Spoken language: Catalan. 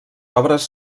obres